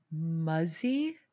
Muzzy